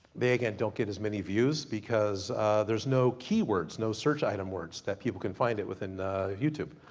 they again don't get as many views, because there's no keywords, no search item words, that people can find it within youtube.